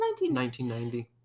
1990